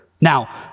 Now